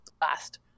last